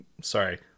Sorry